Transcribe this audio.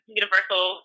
universal